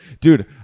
dude